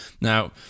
now